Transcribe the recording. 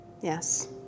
Yes